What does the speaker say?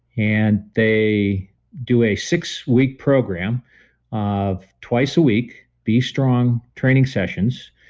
and they do a six-week program of twice a week, b strong training sessions.